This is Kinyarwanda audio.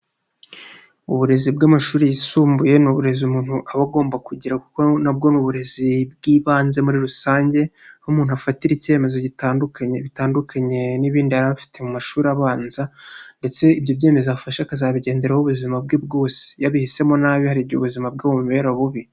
Uburezi bw'amashuri yisumbuye, ni uburezi umuntu aba agomba kugira kuko nabwo ni uburezi bw'ibanze muri rusange, aho umuntu afatira icyemezo gitandukanye, n'ibindi yari afite mu mashuri abanza, ndetse ibyo byemezo afasha akazabigenderaho ubuzima bwe bwose, iyo ahisemo nabi hari igihe ubuzima bwe bumubere bubi.